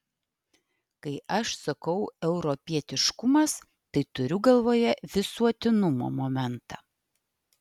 kai aš sakau europietiškumas tai turiu galvoje visuotinumo momentą